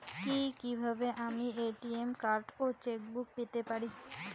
কি কিভাবে আমি এ.টি.এম কার্ড ও চেক বুক পেতে পারি?